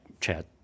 chat